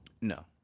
No